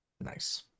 Nice